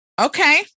Okay